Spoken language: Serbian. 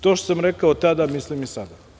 To što sam rekao tada, mislim i sada.